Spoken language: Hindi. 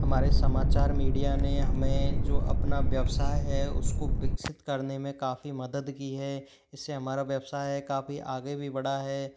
हमारे समाचार मीडिया ने हमें जो अपना व्यवसाय है उसको विकसित करने में काफ़ी मदद की है इससे हमारा व्यवसाय काफ़ी आगे भी बढ़ा है